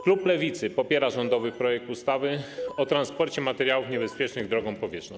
Klub Lewicy popiera rządowy projekt ustawy o transporcie materiałów niebezpiecznych drogą powietrzną.